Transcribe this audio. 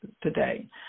today